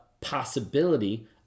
possibility